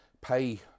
pay